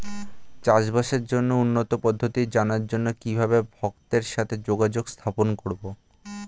চাষবাসের জন্য উন্নতি পদ্ধতি জানার জন্য কিভাবে ভক্তের সাথে যোগাযোগ স্থাপন করব?